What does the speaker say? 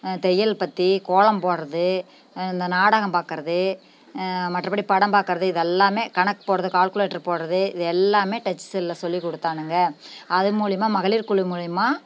தையல் பற்றி கோலம் போடுறது இந்த நாடகம் பார்க்கறது மற்றபடி படம் பார்க்கறது இது எல்லாமே கணக்கு போடுறது கால்குலேட்ரு போடுறது இது எல்லாமே டச் செல்லில் சொல்லி கொடுத்தானுங்க அதன் மூலயமா மகளிர் குழு மூலயமா